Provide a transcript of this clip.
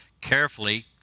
carefully